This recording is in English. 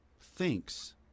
thinks